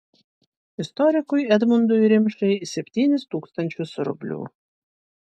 istorikui edmundui rimšai septynis tūkstančius rublių